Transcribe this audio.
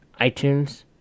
iTunes